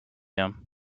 him